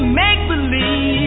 make-believe